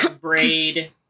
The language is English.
braid